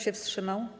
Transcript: się wstrzymał?